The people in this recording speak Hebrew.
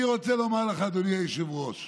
אני רוצה לומר לך, אדוני היושב-ראש,